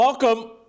Welcome